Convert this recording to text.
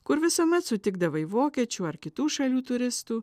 kur visuomet sutikdavai vokiečių ar kitų šalių turistų